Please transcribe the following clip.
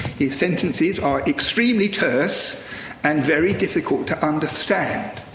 his sentences are extremely terse and very difficult to understand.